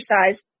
exercise